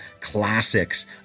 classics